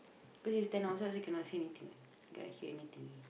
cause you stand also cannot see anything what cannot hear anything eh